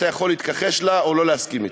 אתה יכול להתכחש לה או לא להסכים אתה.